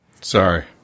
Sorry